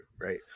right